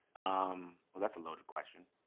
um but that's a loaded question.